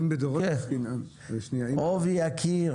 עובי הקיר,